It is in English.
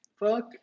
Fuck